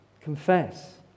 Confess